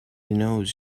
knows